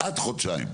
עד חודשיים.